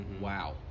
wow